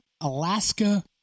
Alaska